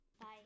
Bye